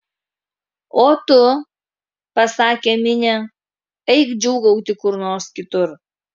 o tu pasakė minė eik džiūgauti kur nors kitur